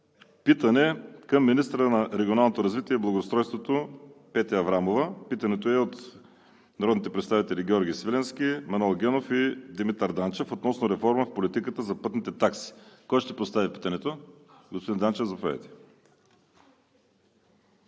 питане към министъра на регионалното развитие и благоустройството Петя Аврамова. Питането е от народните представители Георги Свиленски, Манол Генов и Димитър Данчев относно реформа в политиката за пътните такси. Кой ще постави питането? Господин Данчев, заповядайте.